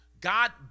God